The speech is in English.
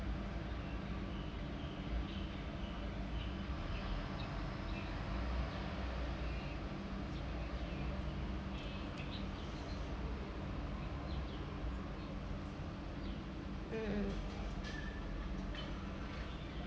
mm mm